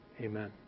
Amen